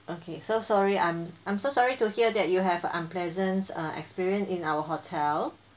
okay so sorry I'm I'm so sorry to hear that you have unpleasant err experience in our hotel